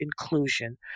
inclusion